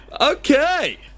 Okay